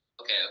okay